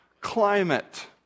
climate